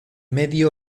medio